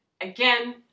Again